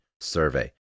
survey